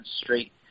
Street